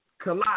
collide